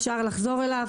אפשר לחזור אליו.